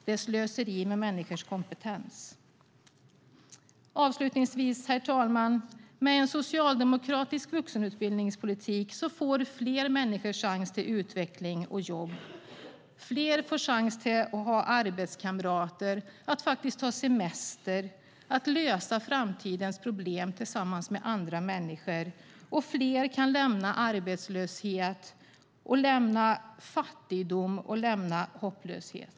Det är slöseri med människors kompetens. Avslutningsvis, herr talman: Med en socialdemokratisk vuxenutbildningspolitik får fler människor chans till utveckling och jobb. Fler får chans att ha arbetskamrater, att ha semester, att lösa framtidens problem tillsammans med människor, och fler kan lämna arbetslöshet, fattigdom och hopplöshet.